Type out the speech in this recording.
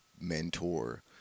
mentor